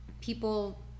people